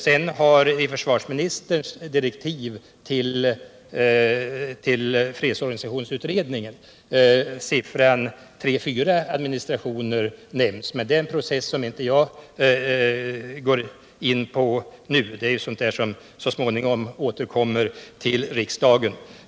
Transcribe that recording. Sedan har i försvarsministerns direktiv till fredsorganisationsutredningen siffran tre fyra administrationer nämnts. Men det är en process som jag inte går in på nu. Det är sådant som så småningom återkommer till riksdagen.